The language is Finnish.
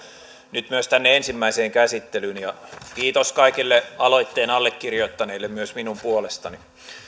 nyt myös tänne ensimmäiseen käsittelyyn kiitos kaikille aloitteen allekirjoittaneille myös minun puolestani